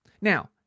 Now